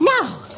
Now